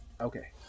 Okay